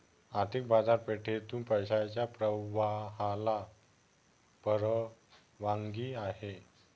आर्थिक बाजारपेठेतून पैशाच्या प्रवाहाला परवानगी आहे